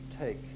take